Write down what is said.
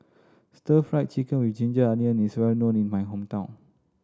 Stir Fry Chicken with ginger onion is well known in my hometown